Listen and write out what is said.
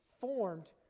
formed